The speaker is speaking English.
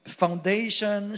foundation